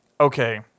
okay